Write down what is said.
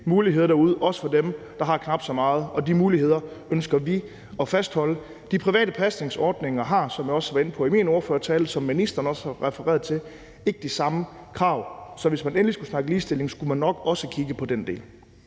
muligheder derude, også for dem, der har knap så meget, og de muligheder ønsker vi at fastholde. De private pasningsordninger skal, som jeg også var inde på i min ordførertale, og som ministeren også refererede til, ikke leve op til de samme krav. Så hvis man endelig skulle snakke ligestilling, skulle man nok også kigge på den del.